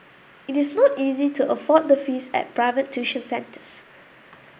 it is not easy to afford the fees at private tuition centres